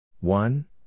One